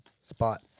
spot